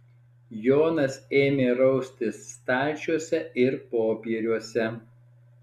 jonas ėmė raustis stalčiuose ir popieriuose